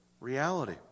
reality